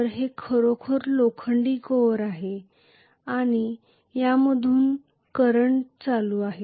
तर हे खरोखर लोखंडी कोअर आहे आणि यामधून करंट चालू आहे